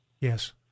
Yes